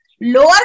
Lower